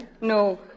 No